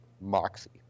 moxie